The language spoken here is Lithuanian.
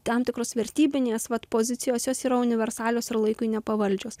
tam tikros vertybinės vat pozicijos jos yra universalios ir laikui nepavaldžios